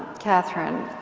catherine,